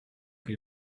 che